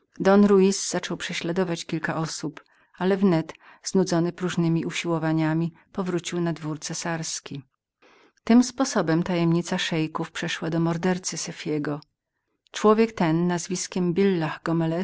zaczął prześladować kilka osób ale znudzony próżnemi usiłowaniami powrócił do madrytu tym sposobem tajemnica szeików przeszła do mordercy sefiego ten człowiek nazwiskiem billahgomelez